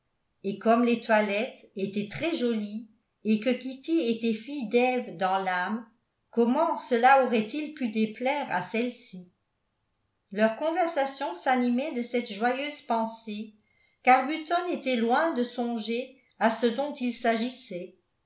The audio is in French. et comme les toilettes étaient très jolies et que kitty était fille d'eve dans l'âme comment cela aurait-il pu déplaire à celle-ci leur conversation s'animait de cette joyeuse pensée qu'arbuton était loin de songer à ce dont il s'agissait